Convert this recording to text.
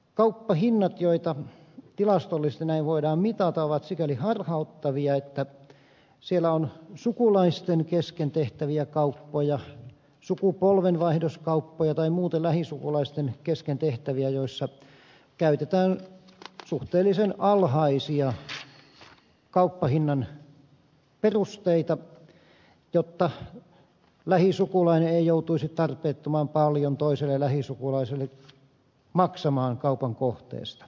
kauppahinnat joita tilastollisesti näin voidaan mitata ovat sikäli harhauttavia että siellä on sukulaisten kesken tehtäviä kauppoja sukupolvenvaihdoskauppoja tai muuten lähisukulaisten kesken tehtäviä joissa käytetään suhteellisen alhaisen kauppahinnan perusteita jotta lähisukulainen ei joutuisi tarpeettoman paljon toiselle lähisukulaiselle maksamaan kaupan kohteesta